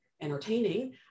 entertaining